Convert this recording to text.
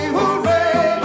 Hooray